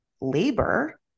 labor